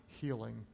healing